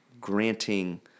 granting